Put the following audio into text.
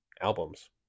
albums